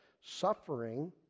suffering